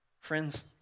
Friends